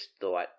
thought